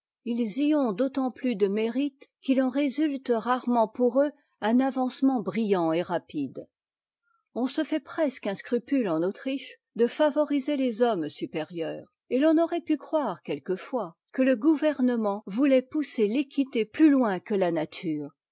ils y ont d'autant plus de mérite qu'il en résulte rarement pour eux un avancement brittaht et rapide on se fait presque un scrupule en autriche de favoriser les hommes supérieurs et t'en aurait pu croire quelquefois que le gouvernement voutait poussër t'équité plus loin que la nature